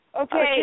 okay